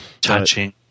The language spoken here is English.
Touching